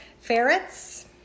ferrets